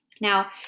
Now